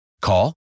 Call